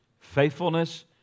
faithfulness